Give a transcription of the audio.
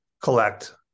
collect